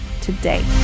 today